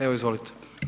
Evo izvolite.